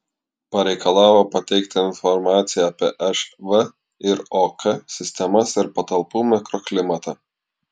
pareikalavo pateikti informaciją apie šv ir ok sistemas ir patalpų mikroklimatą